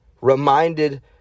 reminded